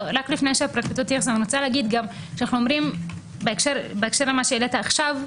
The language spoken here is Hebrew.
לפני שהפרקליטות תתייחס, בהקשר למה שאמרת עכשיו,